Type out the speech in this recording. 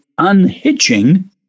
Unhitching